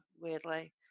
weirdly